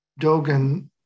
Dogen